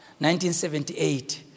1978